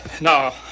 No